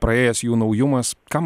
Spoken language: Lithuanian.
praėjęs jų naujumas ką